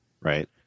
right